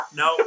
no